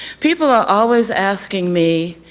people are always asking me,